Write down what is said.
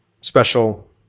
special